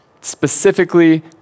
specifically